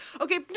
Okay